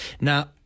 now